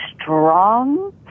strong